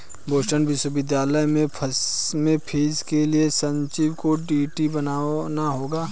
Boston विश्वविद्यालय में फीस के लिए संचित को डी.डी बनवाना होगा